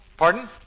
Pardon